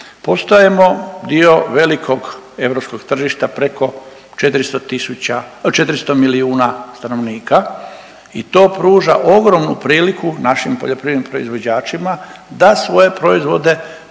Postajemo dio velikog europskog tržišta, preko 400 tisuća, 400 milijuna stanovnika i to pruža ogromnu priliku našim poljoprivrednim proizvođačima da svoje proizvode